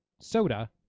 soda